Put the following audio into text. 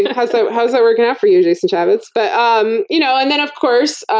how's that how's that working out for you, jason chaffetz? but um you know and then, of course,